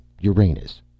Uranus